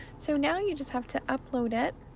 so now you just have to upload it.